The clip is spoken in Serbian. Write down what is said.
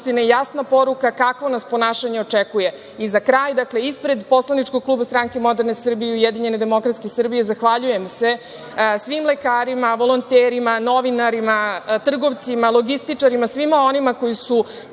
jasna poruka kakvo nas ponašanje očekuje.Za kraj, ispred poslaničkog kluba Stranke moderne Srbije i Ujedinjene demokratske Srbije, zahvaljujem se svim lekarima, volonterima, novinarima, trgovcima, logističarima, svima onima koji su